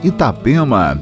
Itapema